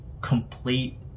complete